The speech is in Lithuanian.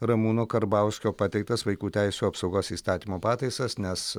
ramūno karbauskio pateiktas vaikų teisių apsaugos įstatymo pataisas nes